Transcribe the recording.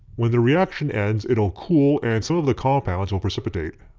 when the reaction ends it'll cool and some of the compounds will precipitate.